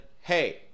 hey